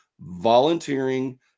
volunteering